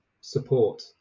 support